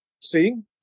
seeing